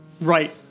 Right